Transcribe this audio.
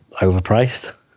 overpriced